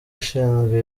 ushinzwe